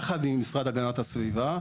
יחד עם המשרד להגנת הסביבה,